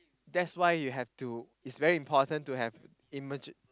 that's why you have to it's very important to have emergen~